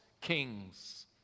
kings